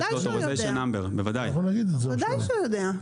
בוודאי שהוא יודע.